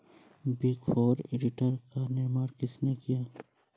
Big four auditor का निर्माण किसने किया?